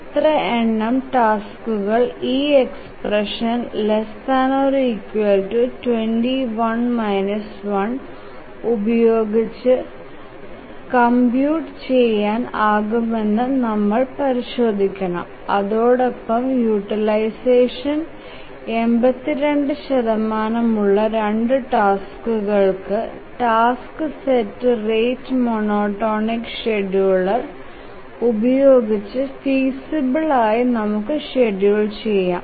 എത്ര എണം ടാസ്കുകൾ ഈ എക്സ്പ്രഷൻ 21∞ 1ഉപയോഗിച്ച് കമ്പ്യൂട് ചെയാൻ ആകുമെന്ന് നമ്മൾ പരിശോധിക്കണം അതോടൊപ്പം യൂട്ടിലൈസഷൻ 82 ഉള്ള 2 ടാസ്കുകൾക്കു task set rate monotonic scheduler ഉപയോഗിച്ച് ഫീസിബിൽ ആയി നമുക്ക് ഷഡ്യൂൽ ചെയാം